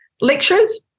lectures